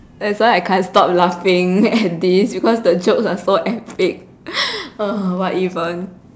that's why I can't stop laughing at this because the jokes are so epic what even